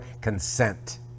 consent